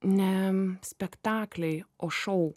ne spektakliai o šou